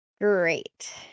Great